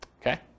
Okay